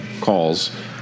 calls